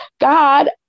God